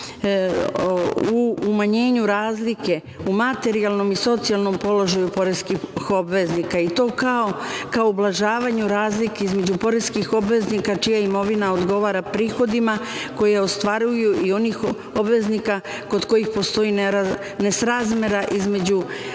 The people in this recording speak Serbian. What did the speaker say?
u umanjenju razlike u materijalnom i socijalnom položaju poreskih obveznika i to ka ublažavanju razlike između poreskih obveznika čija imovina odgovara prihodima koje ostvaruju i onih obveznika kod kojih postoji nesrazmera između